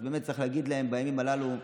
אז באמת בימים הללו,